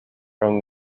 from